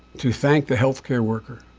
to thank the health care worker,